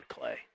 clay